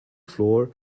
floor